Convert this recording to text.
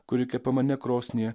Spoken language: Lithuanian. kuri kepama ne krosnyje